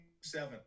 seven